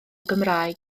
gymraeg